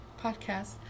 Podcast